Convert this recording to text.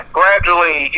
gradually